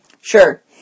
Sure